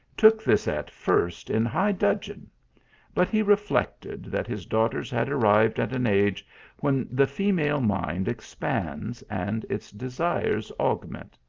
took this at first in high dudgeon but he reflected that his daughters had arrived at an age when the female mind expands and its desires aug ment.